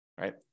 right